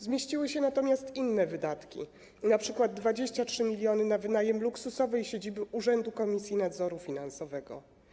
Zmieściły się natomiast inne wydatki, np. 23 mln na wynajem luksusowej siedziby urzędu Komisji Nadzoru Finansowego.